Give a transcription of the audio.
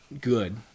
good